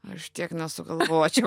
aš tiek nesugalvočiau